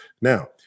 now